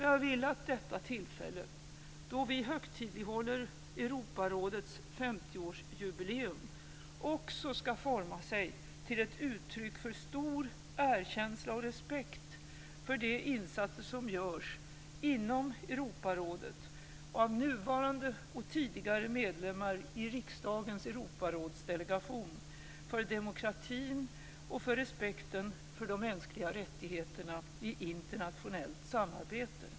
Jag vill att detta tillfälle, då vi högtidlighåller Europarådets 50-årsjubileum, också skall forma sig till ett uttryck för stor erkänsla och respekt för de insatser som görs, inom Europarådet och av nuvarande och tidigare medlemmar i riksdagens Europarådsdelegation, för demokratin och för respekten för de mänskliga rättigheterna i internationellt samarbete.